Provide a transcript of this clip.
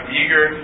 eager